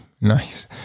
nice